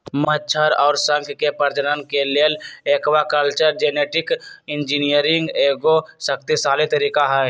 मछर अउर शंख के प्रजनन के लेल एक्वाकल्चर जेनेटिक इंजीनियरिंग एगो शक्तिशाली तरीका हई